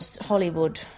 Hollywood